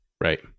right